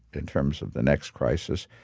in terms of the next crisis,